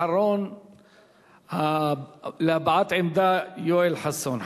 אחרון להבעת עמדה, יואל חסון.